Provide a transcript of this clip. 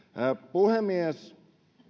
puhemies